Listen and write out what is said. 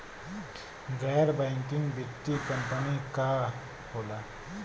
गैर बैकिंग वित्तीय कंपनी का होला?